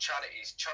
charities